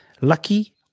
lucky